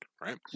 right